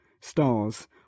stars